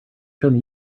shown